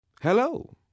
Hello